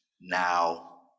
now